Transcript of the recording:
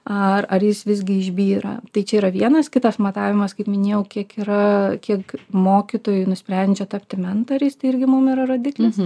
ar ar jis visgi išbyra tai čia yra vienas kitas matavimas kaip minėjau kiek yra kiek mokytojų nusprendžia tapti mentoriais tai irgi mum yra rodiklis